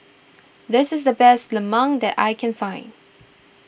this is the best Lemang that I can find